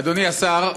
אדוני השר,